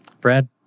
Brad